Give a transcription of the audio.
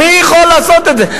מי יכול לעשות את זה?